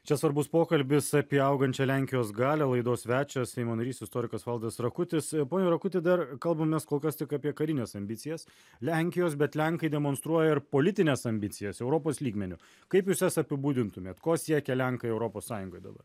čia svarbus pokalbis apie augančią lenkijos galią laidos svečias seimo narys istorikas valdas rakutis pone rakutį dar kalbamės kol kas tik apie karines ambicijas lenkijos bet lenkai demonstruoja ir politines ambicijas europos lygmeniu kaip jūs jas apibūdintumėt ko siekia lenkai europos sąjungoj dabar